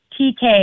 TK